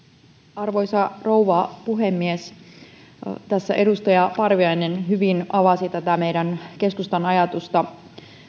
arvoisa rouva puhemies tässä edustaja parviainen hyvin avasi tätä keskustan ajatusta